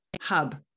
Hub